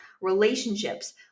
relationships